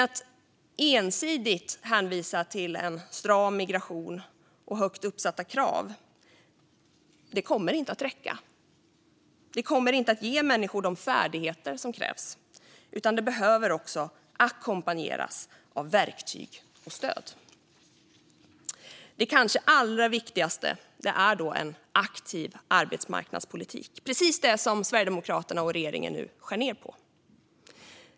Att ensidigt hänvisa till en stram migration och högt ställda krav kommer inte att räcka, för det ger inte människor de färdigheter som krävs. Detta behöver ackompanjeras av verktyg och stöd. Det kanske allra viktigaste är en aktiv arbetsmarknadspolitik - precis det som Sverigedemokraterna och regeringen nu skär ned på.